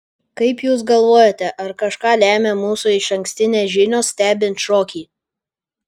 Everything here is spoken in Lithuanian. kaip jūs galvojate ar kažką lemia mūsų išankstinės žinios stebint šokį